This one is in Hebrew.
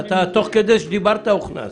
תוך כדי שדיברת, הוכנס.